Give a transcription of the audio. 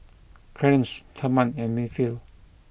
Clarnce Therman and Winfield